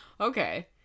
okay